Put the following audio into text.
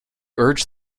urged